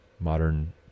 modern